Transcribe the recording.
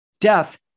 death